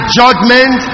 judgment